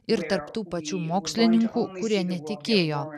ir tarp tų pačių mokslininkų kurie netikėjo